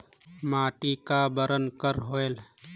माटी का बरन कर होयल?